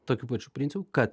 tokiu pačiu principu kad